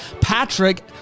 Patrick